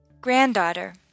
granddaughter